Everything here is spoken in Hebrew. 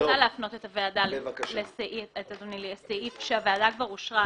רוצה להפנות את אדוני לסעיף שהוועדה כבר אישרה,